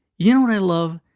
you know what i love?